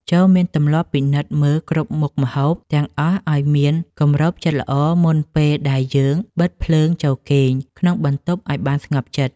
ចូរមានទម្លាប់ពិនិត្យមើលគ្រប់មុខម្ហូបទាំងអស់ឱ្យមានគម្របជិតល្អមុនពេលដែលយើងបិទភ្លើងចូលគេងក្នុងបន្ទប់ឱ្យបានស្ងប់ចិត្ត។